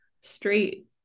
straight